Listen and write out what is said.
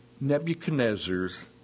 Nebuchadnezzar's